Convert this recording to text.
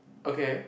okay